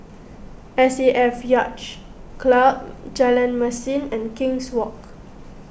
S A F Yacht Club Jalan Mesin and King's Walk